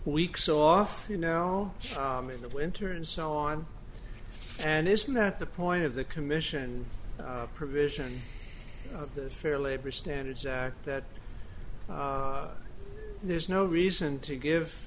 weeks off you know in the winter and so on and isn't that the point of the commission provision of the fair labor standards act that there's no reason to give